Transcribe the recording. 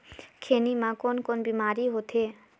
खैनी म कौन कौन बीमारी होथे?